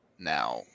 Now